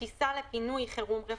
(2)טיסה לפינוי חירום רפואי,